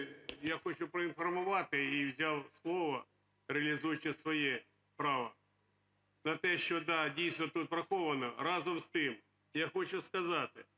Я хочу проінформувати і взяв слово, реалізуючи своє право на те, що, так, дійсно, тут враховано. Разом з тим, я хочу сказати,